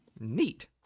Neat